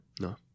No